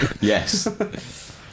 Yes